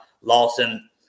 Lawson